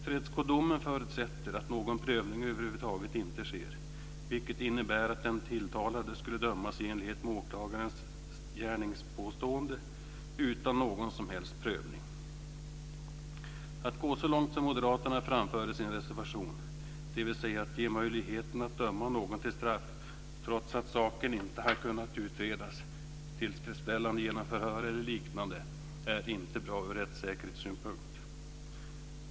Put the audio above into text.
Tredskodomen förutsätter att någon prövning över huvud taget inte sker, vilket innebär att den tilltalade skulle dömas i enlighet med åklagarens gärningspåstående utan någon som helst prövning. Att gå så långt som moderaterna framför i sin reservation, dvs. att möjlighet ska ges att döma någon till straff trots att saken inte kunnat utredas tillfredsställande genom förhör eller liknande, är inte bra ur rättssäkerhetssynpunkt.